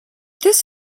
this